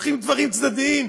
לוקחים דברים צדדים,